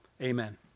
Amen